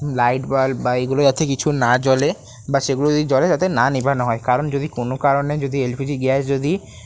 light bulb বা এইগুলো যাতে কিছু না জ্বলে বা সেগুলো যদি জ্বলে যাতে না নেভানো হয় কারণ যদি কোনো কারণে যদি এল পি জি গ্যাস যদি